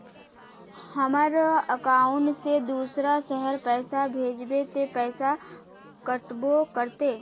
हमर अकाउंट से दूसरा शहर पैसा भेजबे ते पैसा कटबो करते?